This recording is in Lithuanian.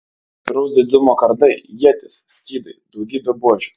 įvairaus didumo kardai ietys skydai daugybė buožių